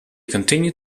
continued